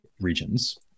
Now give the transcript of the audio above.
regions